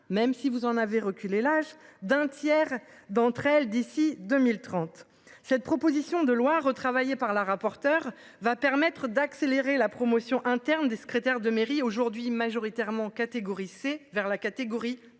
même si vous en avait reculé l'âge d'un tiers d'entre elles d'ici 2030. Cette proposition de loi retravailler par la rapporteure va permettre d'accélérer la promotion interne des secrétaires de mairie aujourd'hui majoritairement catégorie C vers la catégorie B.